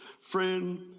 Friend